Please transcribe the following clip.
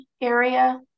area